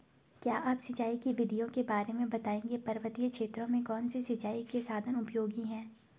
क्या आप सिंचाई की विधियों के बारे में बताएंगे पर्वतीय क्षेत्रों में कौन से सिंचाई के साधन उपयोगी हैं?